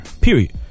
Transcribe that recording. period